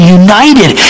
united